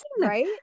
right